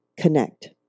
connect